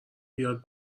بیاد